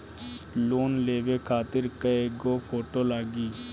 Loan लेवे खातिर कै गो फोटो लागी?